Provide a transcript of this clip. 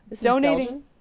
donating